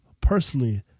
personally